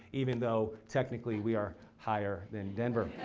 even though technically we are higher than denver.